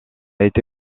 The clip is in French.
été